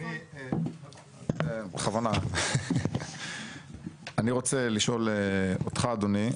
אני רוצה לשאול אותך אדוני,